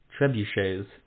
Trebuchets